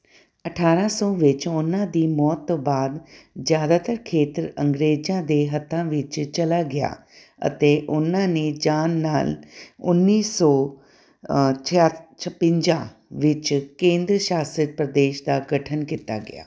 ਅਠਾਰ੍ਹਾਂ ਸੌ ਵਿੱਚ ਉਨ੍ਹਾਂ ਦੀ ਮੌਤ ਤੋਂ ਬਾਅਦ ਜ਼ਿਆਦਾਤਰ ਖੇਤਰ ਅੰਗਰੇਜ਼ਾਂ ਦੇ ਹੱਥਾਂ ਵਿੱਚ ਚਲਾ ਗਿਆ ਅਤੇ ਉਨ੍ਹਾਂ ਨੇ ਜਾਣ ਨਾਲ ਉੱਨੀ ਸੌ ਛਿਆ ਛਪੰਜਾ ਵਿੱਚ ਕੇਂਦਰ ਸ਼ਾਸਤ ਪ੍ਰਦੇਸ਼ ਦਾ ਗਠਨ ਕੀਤਾ ਗਿਆ